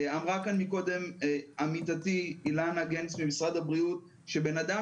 אמרה כאן מקודם עמיתתי אילנה גנס ממשרד הבריאות שבן אדם